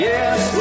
Yes